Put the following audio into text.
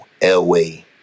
Elway